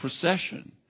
procession